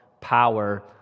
power